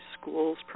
schools